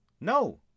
No